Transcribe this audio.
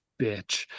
bitch